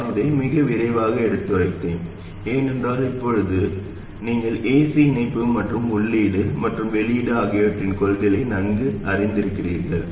நான் இதை மிக விரைவாகச் எடுத்துரைத்தேன் ஏனென்றால் இப்போது நீங்கள் ac இணைப்பு மற்றும் உள்ளீடு மற்றும் வெளியீடு ஆகியவற்றின் கொள்கைகளை நன்கு அறிந்திருக்கிறீர்கள்